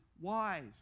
wise